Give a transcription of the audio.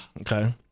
Okay